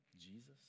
Jesus